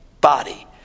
body